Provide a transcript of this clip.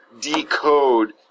decode